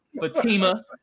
Fatima